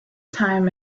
time